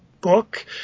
book